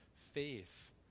faith